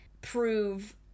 Prove